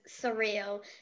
surreal